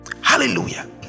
Hallelujah